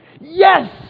Yes